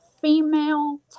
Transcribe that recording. female